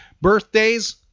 Birthdays